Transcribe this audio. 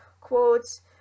quotes